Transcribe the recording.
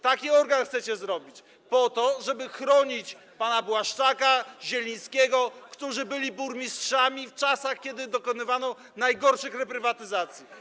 Taki organ chcecie zrobić po to, żeby chronić panów Błaszczaka, Zielińskiego, którzy byli burmistrzami w czasach, kiedy dokonywano najgorszych reprywatyzacji.